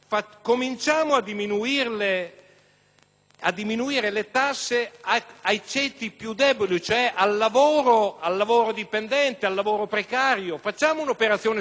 a diminuire le tasse ai ceti più deboli, cioè al lavoro dipendente, al lavoro precario; facciamo un'operazione di riduzione delle tasse sui